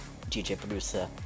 DJ-producer